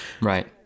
Right